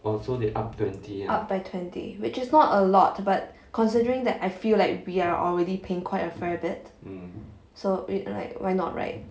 up by twenty which is not a lot but considering that I feel like we are already paying quite a fair bit so it~ like why not right